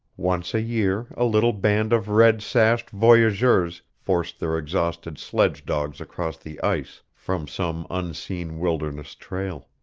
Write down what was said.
once a year a little band of red-sashed voyageurs forced their exhausted sledge-dogs across the ice from some unseen wilderness trail.